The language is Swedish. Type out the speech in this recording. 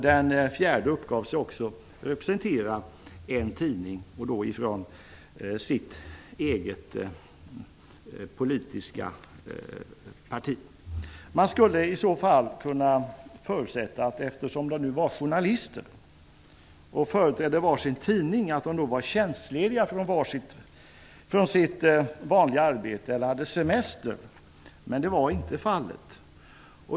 Den fjärde uppgavs representera en tidning från sitt eget politiska parti. Eftersom de var journalister och företrädde var sin tidning skulle man kunna förutsätta att de var tjänstlediga från sitt vanliga arbete eller hade semester. Men så var inte fallet.